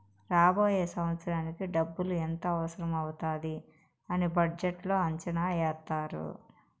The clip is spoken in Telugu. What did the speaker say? రాబోయే సంవత్సరానికి డబ్బులు ఎంత అవసరం అవుతాది అని బడ్జెట్లో అంచనా ఏత్తారు